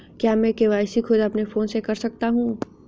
क्या मैं के.वाई.सी खुद अपने फोन से कर सकता हूँ?